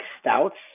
stouts